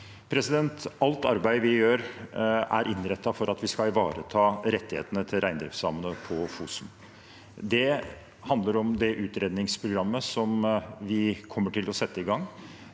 Alt arbeid vi gjør, er innrettet for at vi skal ivareta rettighetene til reindriftssamene på Fosen. Det handler om det utredningsprogrammet som vi kommer til å sette i gang,